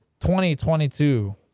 2022